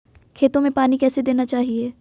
खेतों में पानी कैसे देना चाहिए?